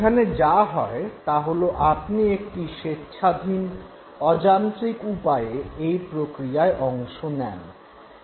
এখানে যা হয় তা হল আপনি একটি স্বেচ্ছাধীন অযান্ত্রিক উপায়ে এই প্রক্রিয়ায় অংশ নেন